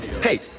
hey